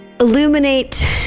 illuminate